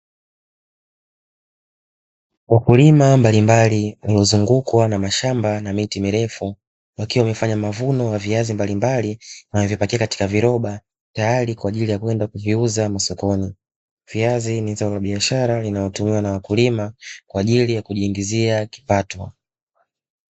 Wakulima mbalimbali wamezungukwa na mashamba na miti mirefu wakiwa wamefanya mavuno ya viazi mbalimbali wanavyopakiwa katika viroba tayari kwajili ya kwenda kuviuza masokoni, viazi ni zao la biashara linalotumiwa na wakulima kwajili ya kujiingizia kipato.